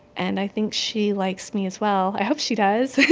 and i think she likes me as well. i hope she does.